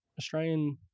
Australian